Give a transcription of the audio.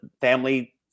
family